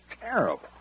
terrible